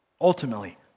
Ultimately